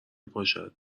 پاشد